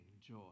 joy